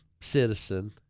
citizen